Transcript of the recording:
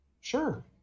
Sure